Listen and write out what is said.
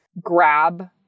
grab